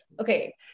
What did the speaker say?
okay